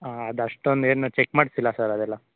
ಹಾಂ ಅದಷ್ಟೊಂದೇನು ಚೆಕ್ ಮಾಡಿಸಿಲ್ಲ ಸರ್ ಅದೆಲ್ಲ